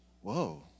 Whoa